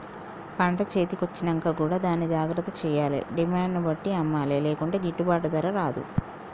పంట చేతి కొచ్చినంక కూడా దాన్ని జాగ్రత్త చేయాలే డిమాండ్ ను బట్టి అమ్మలే లేకుంటే గిట్టుబాటు ధర రాదు